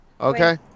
Okay